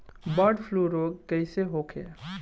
Bird flu रोग कईसे होखे?